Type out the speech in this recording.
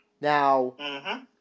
Now